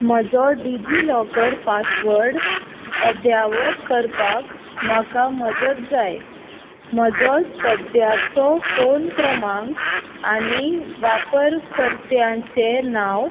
म्हजो DigiLocker password अध्यावत करपाक म्हाका मजत जाय म्हजो सद्याचो फोन क्रमांक आनी वापरकर्त्यांचे नांव